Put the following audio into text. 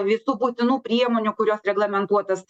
visų būtinų priemonių kurios reglamentuotas